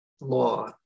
law